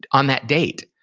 on that date,